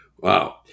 wow